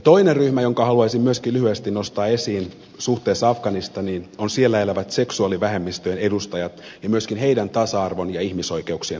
toinen ryhmä jonka haluaisin myöskin lyhyesti nostaa esiin suhteessa afganistaniin on siellä elävät seksuaalivähemmistöjen edustajat ja myöskin heidän tasa arvonsa ja ihmisoikeuksiensa toteutuminen